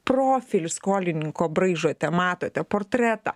profilį skolininko braižo tematote portretą